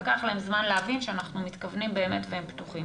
לקח להם זמן להבין שאנחנו מתכוונים באמת והם פתוחים